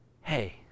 hey